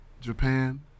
Japan